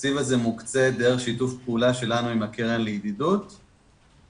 התקציב הזה מוקצה דרך שיתוף פעולה שלנו עם הקרן לידידות שמפעילה